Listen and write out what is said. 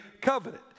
covenant